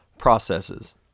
processes